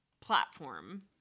platform